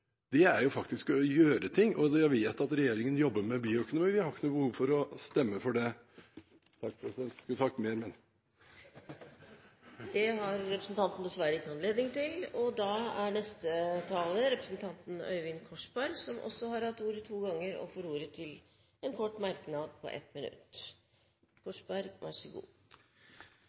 Det er faktisk å gjøre noe, og vi vet at regjeringen jobber med bioøkonomi. Vi har ikke noe behov for å stemme for det. Takk, president – jeg skulle gjerne ha tatt mer. Det har representanten dessverre ikke anledning til. Representanten Øyvind Korsberg har hatt ordet to ganger tidligere og får ordet til en kort merknad, begrenset til 1 minutt.